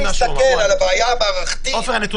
זה בסדר שכנסת ישראל, שמפקחת על הממשלה, תקבל